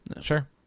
Sure